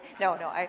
no, no,